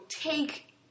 take